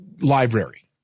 library